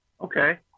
okay